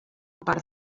part